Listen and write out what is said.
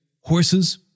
horses